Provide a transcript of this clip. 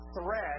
thread